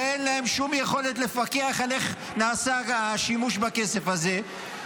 אין להם שום יכולת לפקח על איך נעשה השימוש בכסף הזה,